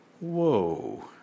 whoa